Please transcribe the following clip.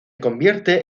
convierte